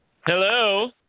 Hello